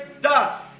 thus